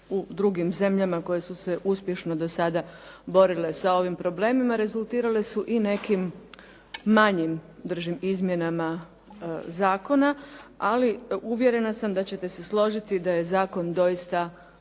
u drugim zemljama koje su se uspješno do sada borile sa ovim problemima rezultirale su i nekim manjim držim izmjenama zakona. Ali uvjerena sam da ćete se složiti da je zakon doista